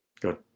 Good